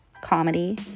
comedy